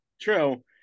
true